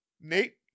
nate